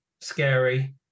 scary